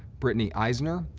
brittany eisner,